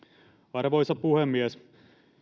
arvoisa puhemies